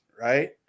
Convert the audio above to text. right